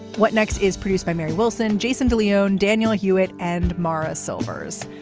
what next is produced by mary wilson. jason de leon, daniel hewitt and mara silvers.